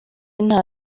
nta